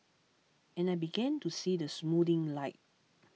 and I began to see the soothing light